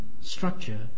structure